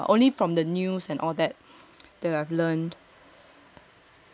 that I've learned